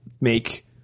make